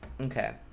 Okay